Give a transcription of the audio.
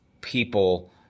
people